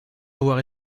avoir